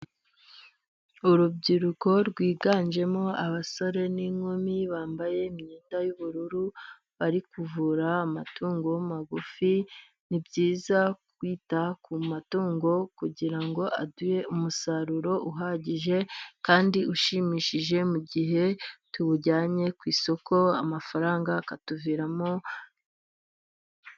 Urubyiruko rwiganjemo abasore n'inkumi bambaye imyenda y'ubururu, bari kuvura amatungo magufi. Ni byiza kwita ku matungo kugira ngo aduhe umusaruro uhagije kandi ushimishije, mu gihe tuwujyanye ku isoko amafaranga akatuviramo.....